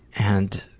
and